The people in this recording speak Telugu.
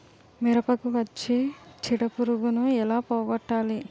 మిరపకు వచ్చే చిడపురుగును ఏల పోగొట్టాలి?